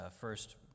first